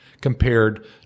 compared